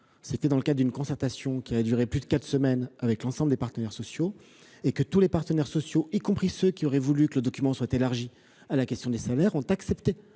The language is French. s’est faite dans le cadre d’une concertation qui a duré plus de quatre semaines avec l’ensemble des partenaires sociaux. Ensuite, ces derniers, y compris ceux qui auraient voulu que le document soit élargi à la question des salaires, ont accepté